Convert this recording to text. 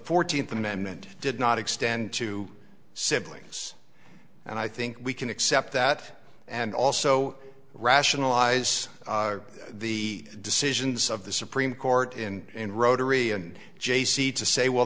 fourteenth amendment did not extend to siblings and i think we can accept that and also rationalize the decisions of the supreme court in rotary and j c to say well